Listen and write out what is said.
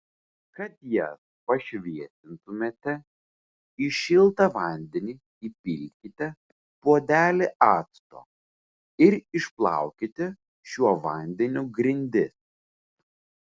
kad jas pašviesintumėte į šiltą vandenį įpilkite puodelį acto ir išplaukite šiuo vandeniu grindis